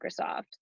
microsoft